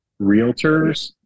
realtors